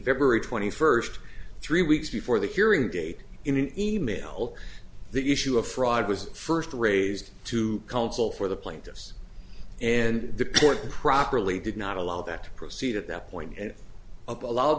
february twenty first three weeks before the hearing gate in an e mail the issue of fraud was first raised to counsel for the plaintiffs and the court properly did not allow that to proceed at that point and allow